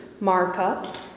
markup